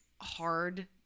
hard